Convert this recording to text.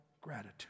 gratitude